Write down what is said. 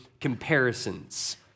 comparisons